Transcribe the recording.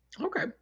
Okay